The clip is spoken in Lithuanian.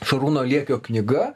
šarūno liekio knyga